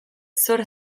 zor